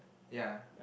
ya